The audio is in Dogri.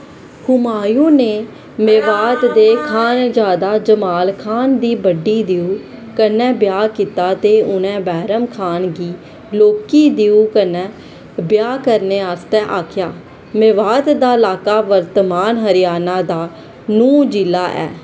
हुमायूं ने मेवात दे खानजादा जमाल खान दी बड्डी धीऊ कन्नै ब्याह् कीता ते उ'न्नै बैरम खान गी लौह्की ध्यू कन्नै ब्याह् करने आस्तै आखेआ मेवात दा ल्हाका वर्तमान हरियाणा दा नूंह जि'ला ऐ